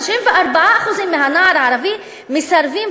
94% מהנוער הערבי מסרבים,